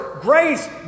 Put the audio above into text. grace